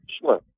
Sure